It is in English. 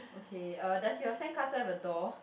okay uh does your sandcastle have a door